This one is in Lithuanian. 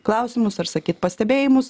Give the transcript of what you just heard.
klausimus ar sakyt pastebėjimus